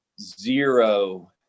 zero